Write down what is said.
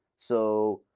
so